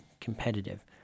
competitive